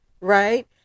right